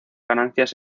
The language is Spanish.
ganancias